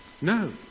no